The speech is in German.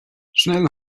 schnell